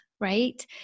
right